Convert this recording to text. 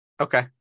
Okay